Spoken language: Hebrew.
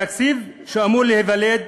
התקציב שאמור להיוולד,